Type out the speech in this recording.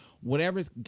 whatever's